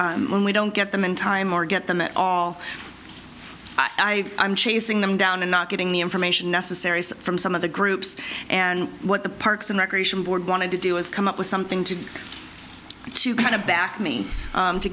and when we don't get them in time or get them at all i am chasing them down and not getting the information necessary from some of the groups and what the parks and recreation board wanted to do is come up with something to do to kind of back me